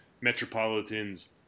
metropolitans